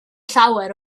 llawer